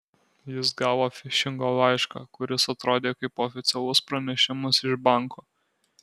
jis gavo fišingo laišką kuris atrodė kaip oficialus pranešimas iš banko